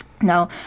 Now